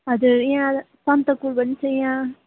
हजुर यहाँ सन्दकपू पनि छ यहाँ